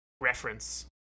reference